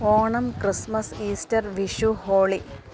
Onam Christmas Easter Vishu holy